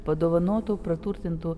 padovanotų praturtintų